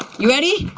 you ready?